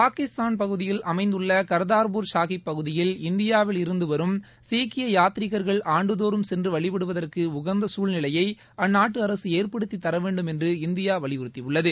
பாகிஸ்தான் பகுதியில் அமைந்துள்ள கர்தார்பூர் ஷாகிப் பகுதியில் இந்தியாவில் இருந்து வரும் சீக்கிய யாத்ரீகர்கள் ஆண்டு தோறும் சென்று வழிபடுவதற்கு உகந்த சூழ்நிலையை அந்நாட்டு அரசு ஏற்படுத்தி தரவேண்டும் என்று இந்தியா வலியுறுத்தியுள்ளது